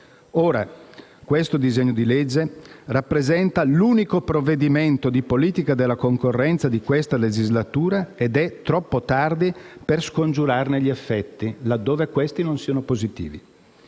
Questo disegno di legge rappresenta l'unico provvedimento di politica della concorrenza di questa legislatura ed è troppo tardi per scongiurarne gli effetti, laddove questi non siano positivi.